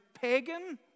pagan